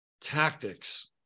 tactics